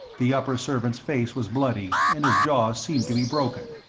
the upper-servant's face was bloody, and his jaw seemed to be broken.